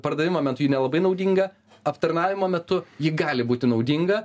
pardavimo metu ji nelabai naudinga aptarnavimo metu ji gali būti naudinga